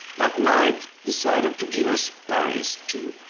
that night decided to give us paris too.